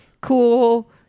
cool